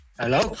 Hello